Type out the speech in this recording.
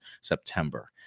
September